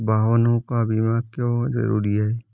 वाहनों का बीमा क्यो जरूरी है?